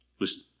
Listen